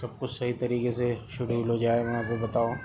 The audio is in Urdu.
سب کچھ صحیح طریقے سے شیڈیول ہو جائے وہاں پہ بتاؤ